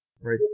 right